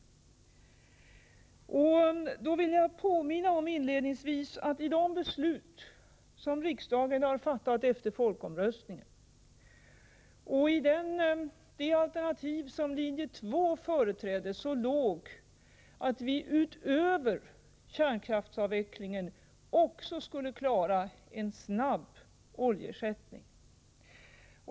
Jag vill då till att börja med påminna om att i de beslut som riksdagen fattade efter folkomröstningen och i det alternativ som linje 2 företrädde låg att vi utöver kärnkraftsavvecklingen också skulle klara att snabbt få fram en oljeersättning.